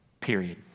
period